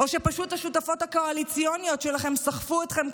או שפשוט השותפות הקואליציוניות שלכם סחטו אתכם,